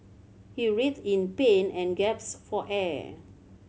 he writhed in pain and gaps for air